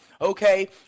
Okay